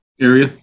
area